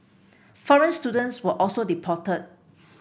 foreign students were also deported